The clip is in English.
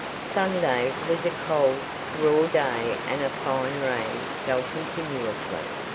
sunday was a cold, raw day and a fine rain fell continuously.